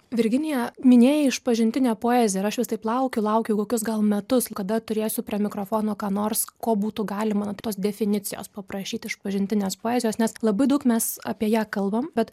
virginija minėjai išpažintinę poeziją ir aš jos taip laukiu laukiu kokius gal metus kada turėsiu prie mikrofono ką nors ko būtų galima tos definicijos paprašyti išpažintinės poezijos nes labai daug mes apie ją kalbam bet